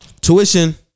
Tuition